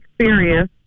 serious